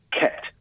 kept